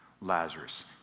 Lazarus